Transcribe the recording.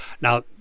Now